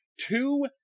Two